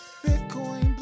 Bitcoin